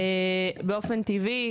באופן טבעי,